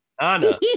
Anna